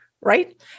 right